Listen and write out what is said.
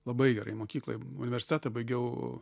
labai gerai mokykloj universitetą baigiau